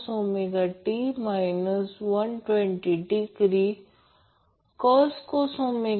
तर Vab ची magnitude √ 3 phase voltage √ 3 VAN आहे